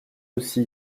aussi